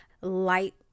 light